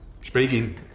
Speaking